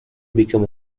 become